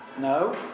No